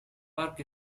park